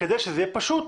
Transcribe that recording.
וכדי שזה יהיה פשוט